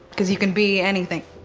because you can b anything.